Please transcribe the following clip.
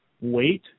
weight